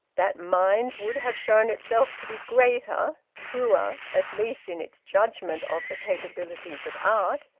that mind would have shown itself to be greater, truer, at least, in its judgement of the capabilities of art,